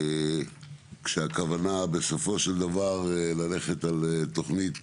כשהכוונה בסופו של דבר ללכת על תוכנית